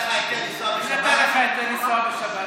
הוא נתן לך היתר לנסוע בשבת?